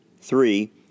Three